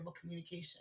communication